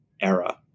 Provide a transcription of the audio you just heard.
era